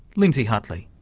lindsay hutley.